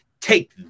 Take